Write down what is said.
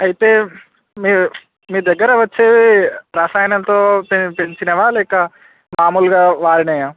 అయితే మీ మీ దగ్గర వచ్చి రసాయనాలతో పెం పెంచినవా లేక మామూలుగా వాడినవా